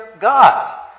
God